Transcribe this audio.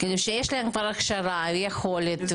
יש להם כבר הכשרה ויכולת.